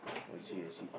I see I see